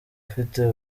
afite